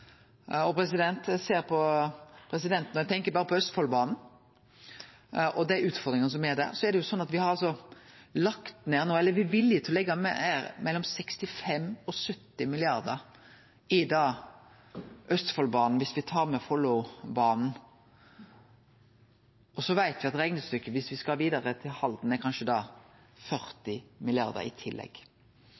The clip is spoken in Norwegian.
Eg ser på presidenten og tenkjer på Østfoldbanen og dei utfordringane som er der. Me er villige til å leggje ned mellom 65 mrd. kr og 70 mrd. kr i Østfoldbanen, dersom me tar med Follobanen. Så veit me at reknestykket dersom me skal vidare til Halden, er kanskje 40 mrd. kr i tillegg.